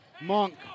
Monk